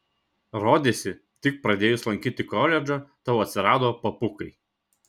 rodėsi tik pradėjus lankyti koledžą tau atsirado papukai